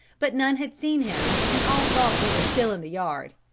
but none had seen him and all thought he was still in the yard.